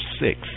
six